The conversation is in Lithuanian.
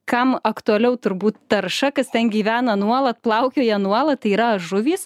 kam aktualiau turbūt tarša kas ten gyvena nuolat plaukioja nuolat tai yra žuvys